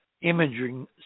imaging